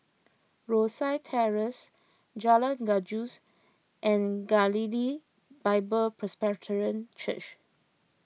Rosyth Terrace Jalan Gajus and Galilee Bible Presbyterian Church